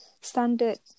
standard